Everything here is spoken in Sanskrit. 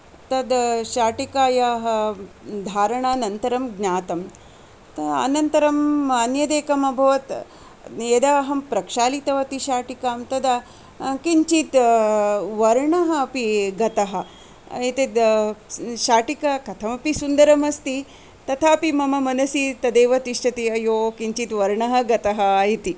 तद् शाटिकायाः धारणानन्तरं ज्ञातम् अत अनन्तरम् अन्यदेकम् अभवत् यदा अहं प्रक्षालितवती शाटिकां तदा किञ्चिद् वर्णः अपि गतः एतद् शाटिका कथमपि सुन्दरमस्ति तथापि मम मनसि तदेव तिष्ठति अयो किञ्चिद् वर्णः गतः इति